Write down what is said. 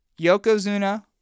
Yokozuna